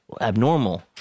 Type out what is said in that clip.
abnormal